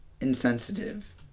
Insensitive